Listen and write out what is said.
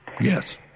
Yes